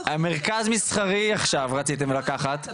אפילו על מרכז מסחרי עכשיו רציתם לקחת.